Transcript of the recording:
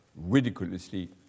ridiculously